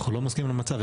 אנחנו לא --- עם המצב.